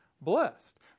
Blessed